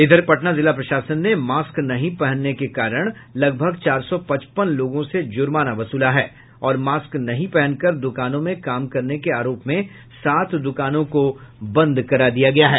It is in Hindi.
इधर पटना जिला प्रशासन ने मास्क नहीं पहनने के कारण लगभग चार सौ पचपन लोगों से जुर्माना वसूला है और मास्क नहीं पहनकर दुकानों में काम करने के आरोप में सात दुकानों को बंद करा दिया है